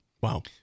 Wow